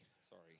sorry